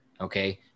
Okay